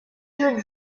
jeune